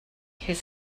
his